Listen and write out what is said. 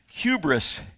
Hubris